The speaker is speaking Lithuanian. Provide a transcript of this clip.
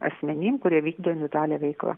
asmenim kurie vykdo individualią veiklą